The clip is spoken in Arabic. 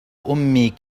أمي